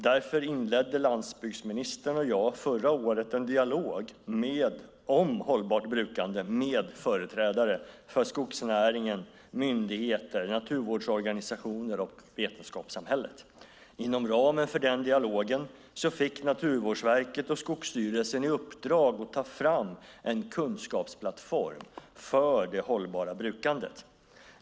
Därför inledde landsbygdsministern och jag förra året en dialog om hållbart brukande av skog med företrädare för skogsnäringen, myndigheter, naturvårdsorganisationer och vetenskapssamhället. Inom ramen för den dialogen fick Naturvårdsverket och Skogsstyrelsen i uppdrag att ta fram en kunskapsplattform för det hållbara brukandet.